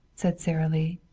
said sara lee.